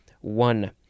One